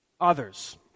others